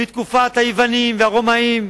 מתקופת היוונים והרומאים,